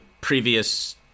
previous